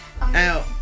Out